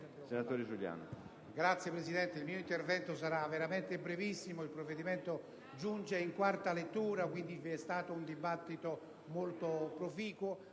senatore Giuliano.